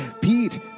Pete